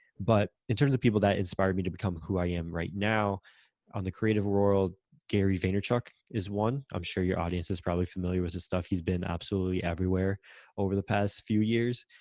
but in terms of people that inspired me to become who i am right now on the creative world, gary vaynerchuk is one. i'm sure your audience is probably familiar with his stuff. he's been absolutely everywhere over the past few years.